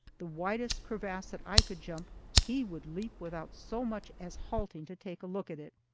the widest crevasse that i could jump he would leap without so much as halting to take a look at it.